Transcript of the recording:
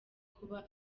kuba